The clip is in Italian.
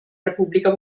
repubblica